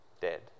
dead